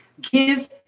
Give